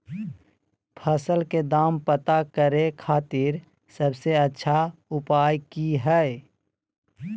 फसल के दाम पता करे खातिर सबसे अच्छा उपाय की हय?